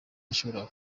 yashoboraga